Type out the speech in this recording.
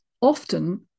often